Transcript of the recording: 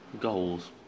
goals